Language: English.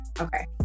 Okay